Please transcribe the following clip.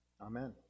Amen